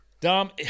Dom